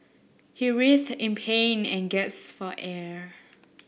he writhed in pain and gasped for air